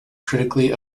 critically